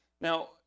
Now